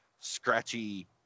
scratchy